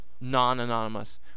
non-anonymous